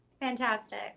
Fantastic